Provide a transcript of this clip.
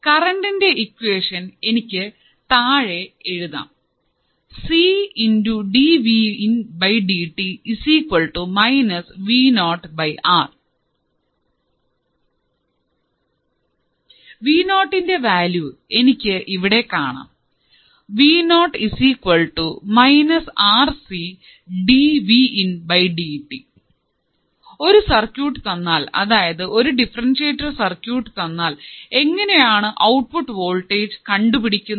കറന്റിന്റെ ഇക്വേഷൻ എനിക്ക് താഴെ എഴുതാം വിനോട് ഇന്റെ വാല്യൂ എനിക്ക് ഇവിടെ കാണാം ഒരു സർക്യൂട്ട് തന്നാൽ അതായത് ഒരു ഡിഫറെൻഷ്യറ്റർ സർക്യൂട്ട് തന്നാൽ എങ്ങനെയാണു ഔട്ട്പുട്ട് വോൾട്ടേജ് കണ്ടുപിടിക്കുന്നത്